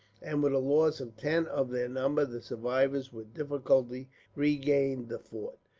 and with a loss of ten of their number the survivors with difficulty regained the fort.